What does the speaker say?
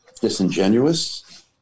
disingenuous